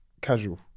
casual